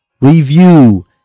review